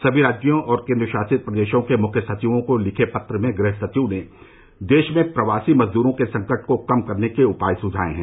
सभी राज्यों और केंद्रशासित प्रदेशों के मुख्य सचिवों को लिखे पत्र में गृह सचिव ने देश में प्रवासी मजदूरों के संकट को कम करने के उपाय सुझाये हैं